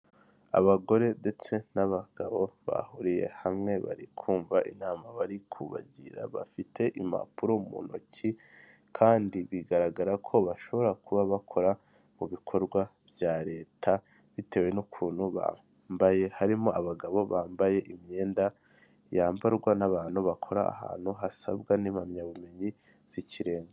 Mu karere ka Muhanga habereyemo irushanwa ry'amagare riba buri mwaka rikabera mu gihugu cy'u Rwanda, babahagaritse ku mpande kugira ngo hataba impanuka ndetse n'abari mu irushanwa babashe gusiganwa nta nkomyi.